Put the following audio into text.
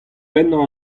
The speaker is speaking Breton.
pennañ